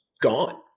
Gone